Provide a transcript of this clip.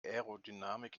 aerodynamik